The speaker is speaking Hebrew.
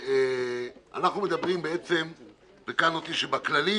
אנחנו מדברים שבכללים